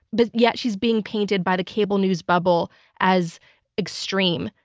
but yet she's being painted by the cable news bubble as extreme,